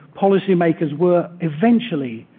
policy makers were, eventually,